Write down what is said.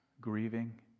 grieving